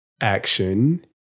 action